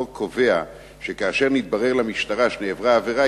החוק קובע שכאשר מתברר למשטרה שנעברה עבירה,